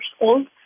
old